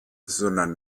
sondern